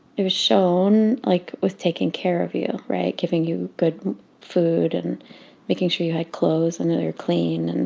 it was shown, like, with taking care of you right? giving you good food and making sure you had clothes and that they are clean. and